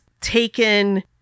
taken